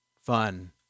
fun